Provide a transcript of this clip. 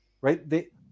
Right